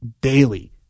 daily